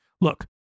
Look